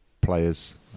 players